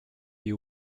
you